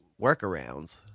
workarounds